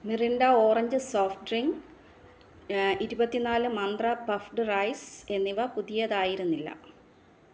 Mirinda orange soft drink ഇരുപത്തിനാല് Mantra puffed rice എന്നിവ പുതിയതായിരുന്നില്ല